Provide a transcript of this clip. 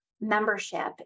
membership